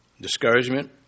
Discouragement